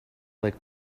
like